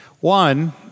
One